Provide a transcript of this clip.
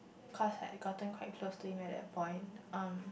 cause I have gotten quite close to him at that point um